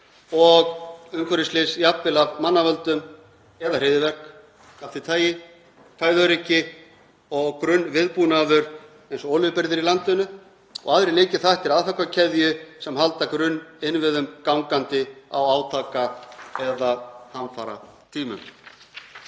og umhverfisslys, jafnvel af mannavöldum eða hryðjuverka af því tagi, fæðuöryggi og grunnviðbúnaður eins og olíubirgðir í landinu og aðrir lykilþættir aðfangakeðjunnar sem halda grunninnviðum gangandi á átaka- eða hamfaratímum.